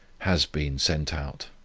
has been sent out.